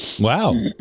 Wow